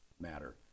matter